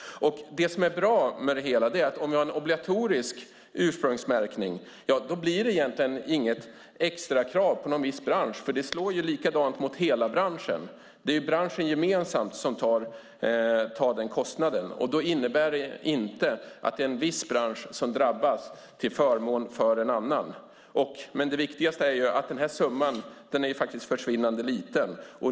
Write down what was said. Om det finns en obligatorisk ursprungsmärkning blir det egentligen inget extrakrav på en viss bransch eftersom det slår likadant mot hela branschen. Det är branschen gemensamt som tar den kostnaden. Det innebär inte att en viss bransch drabbas till förmån för en annan. Det viktigaste är att summan är försvinnande liten.